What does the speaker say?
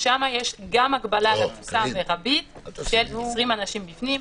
ושם יש גם הגבלה על תפוסה מרבית של 20 אנשים בפנים,